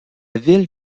ville